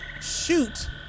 shoot